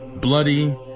bloody